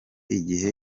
igihe